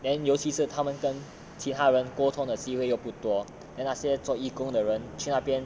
then 尤其是他们跟其他人沟通的机会又不多 then 那些做义工的人去那边